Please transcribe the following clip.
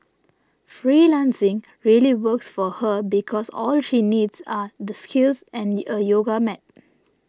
freelancing really works for her because all she needs are the skills and a yoga mat